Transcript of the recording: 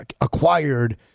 acquired